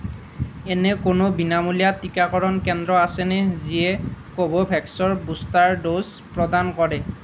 এনে কোনো বিনামূলীয়া টীকাকৰণ কেন্দ্ৰ আছেনে যিয়ে কোভোভেক্সৰ বুষ্টাৰ ড'জ প্ৰদান কৰে